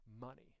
money